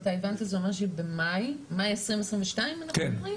מאי 2022 אנחנו מדברים?